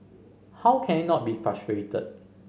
how can I not be frustrated